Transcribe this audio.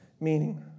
meaning